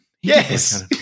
Yes